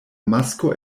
masklo